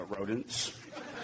Rodents